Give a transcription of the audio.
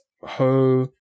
ho